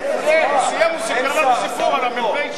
הוא סיפר לנו סיפור על המ"פ שלו.